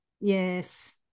yes